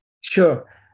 Sure